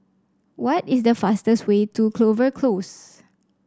what is the fastest way to Clover Close